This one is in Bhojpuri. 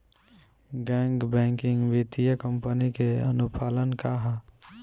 गैर बैंकिंग वित्तीय कंपनी के अनुपालन का ह?